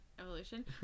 evolution